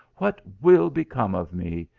what will become of me!